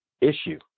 issue